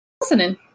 Listening